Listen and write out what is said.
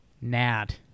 NAD